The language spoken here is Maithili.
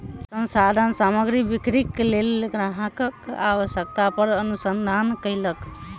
संस्थान सामग्री बिक्रीक लेल ग्राहकक आवश्यकता पर अनुसंधान कयलक